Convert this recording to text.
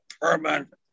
permanent